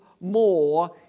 more